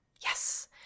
Yes